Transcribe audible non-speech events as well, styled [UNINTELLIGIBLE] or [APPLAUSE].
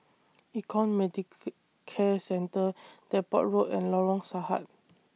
Econ [UNINTELLIGIBLE] Care Centre Depot Road and Lorong Sahad